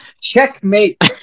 checkmate